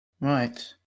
Right